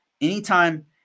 anytime